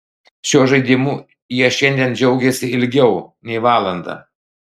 šiuo žaidimu jie šiandien džiaugėsi ilgiau nei valandą